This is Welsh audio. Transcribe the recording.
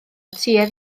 tuedd